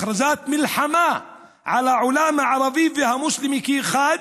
הכרזת מלחמה על העולם הערבי והמוסלמי כאחד,